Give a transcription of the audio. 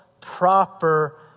proper